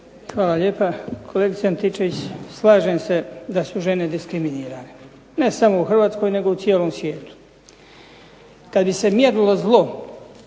Hvala lijepo. Kolegice Antičević, slažem se da su žene diskriminirane. Ne samo u Hrvatskoj nego u cijelom svijetu. Kada bi se mjerilo zlo